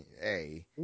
Hey